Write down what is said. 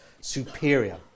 superior